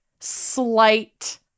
slight